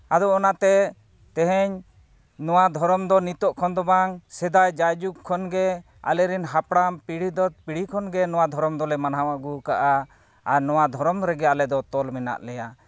ᱟᱫᱚ ᱚᱱᱟᱛᱮ ᱛᱮᱦᱮᱧ ᱱᱚᱣᱟ ᱫᱷᱚᱨᱚᱢ ᱫᱚ ᱱᱤᱛᱚᱜ ᱠᱷᱚᱱᱫᱚ ᱵᱟᱝ ᱥᱮᱫᱟᱭ ᱡᱟᱭ ᱡᱩᱜᱽ ᱠᱷᱚᱱᱜᱮ ᱟᱞᱮ ᱨᱮᱱ ᱦᱟᱯᱲᱟᱢ ᱯᱤᱲᱦᱤ ᱫᱚᱨ ᱯᱤᱲᱦᱤ ᱠᱷᱚᱱᱜᱮ ᱱᱚᱣᱟ ᱫᱷᱚᱨᱚᱢ ᱫᱚᱞᱮ ᱢᱟᱱᱟᱣ ᱟᱹᱜᱩ ᱟᱠᱟᱫᱼᱟ ᱟᱨ ᱱᱚᱣᱟ ᱫᱷᱚᱨᱚᱢ ᱨᱮᱜᱮ ᱟᱞᱮ ᱫᱚ ᱛᱚᱞ ᱢᱮᱱᱟᱜ ᱞᱮᱭᱟ